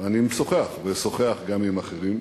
ואני משוחח ואשוחח גם עם אחרים,